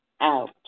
out